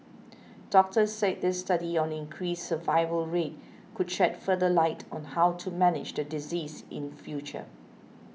doctors said this study on increased survival rate could shed further light on how to manage the disease in future